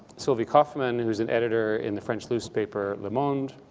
sylvie kaufmann, who is an editor in the french newspaper le monde.